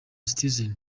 citizen